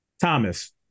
Thomas